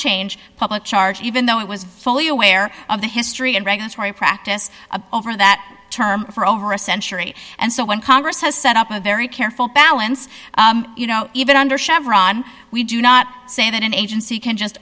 change public charge even though it was fully aware of the history and regulatory practice over that term for over a century and so when congress has set up a very careful balance you know even under chevron we do not say that an agency can just